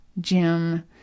Jim